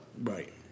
Right